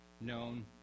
known